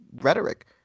rhetoric